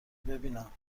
ببینم